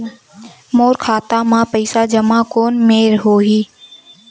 मोर खाता मा पईसा जमा कोन मेर होही?